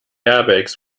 airbags